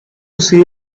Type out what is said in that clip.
see